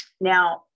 Now